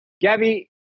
Gabby